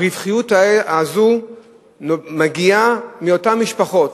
הרווחיות הזאת מגיעה מאותן משפחות